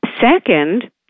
Second